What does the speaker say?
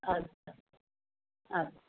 अच्छा अच्छा